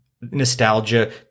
nostalgia